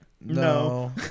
No